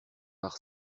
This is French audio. bar